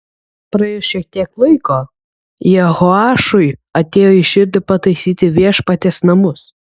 praėjus šiek tiek laiko jehoašui atėjo į širdį pataisyti viešpaties namus